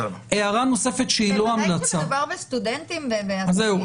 בוודאי כשמדובר בסטודנטים ובעסקים.